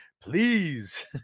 please